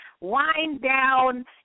wind-down